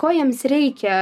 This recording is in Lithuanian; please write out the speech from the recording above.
ko jiems reikia